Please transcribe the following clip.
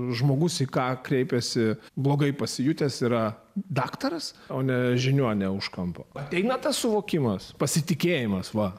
žmogus į ką kreipėsi blogai pasijutęs yra daktaras o ne žiniuonė už kampo ateina tas suvokimas pasitikėjimas va